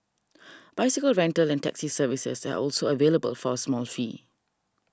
bicycle rental and taxi services are also available for a small fee